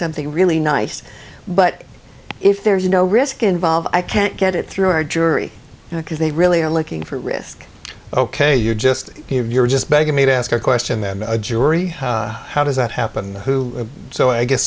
something really nice but if there's no risk involved i can't get it through our jury because they really are looking for risk ok you're just here you're just begging me to ask a question that a jury how does that happen the who so i guess